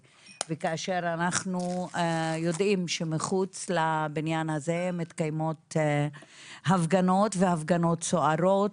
וכאשר אנחנו יודעים שמחוץ לבניין הזה מתקיימות הפגנות והפגנות סוערות